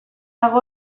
dago